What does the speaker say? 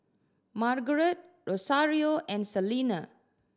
Margarett Rosario and Salena